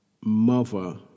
mother